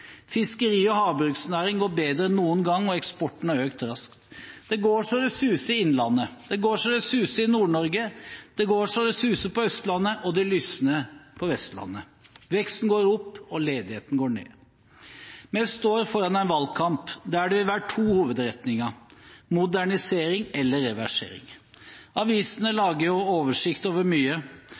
Fiskeri- og havbruksnæringen går bedre enn noen gang, og eksporten har økt raskt. Det går så det suser i innlandet, det går så det suser i Nord-Norge, det går så det suser på Østlandet, og det lysner på Vestlandet. Veksten går opp, og ledigheten går ned. Vi står foran en valgkamp der det vil være to hovedretninger: modernisering eller reversering. Avisene lager oversikt over mye.